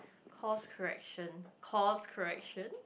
course correction course correction